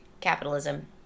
capitalism